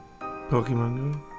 Pokemon